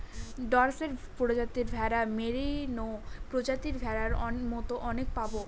Dorset প্রজাতির ভেড়া, merino প্রজাতির ভেড়ার মতো অনেক পাবো